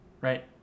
right